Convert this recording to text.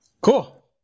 Cool